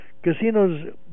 Casinos